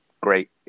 Great